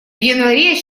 январе